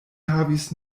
havis